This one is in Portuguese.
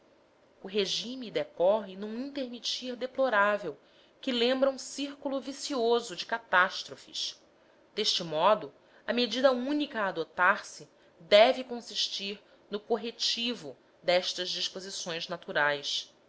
o regime decorre num intermitir deplorável que lembra um círculo vicioso de catástrofes este modo a medida única a adotar se deve consistir no corretivo destas disposições naturais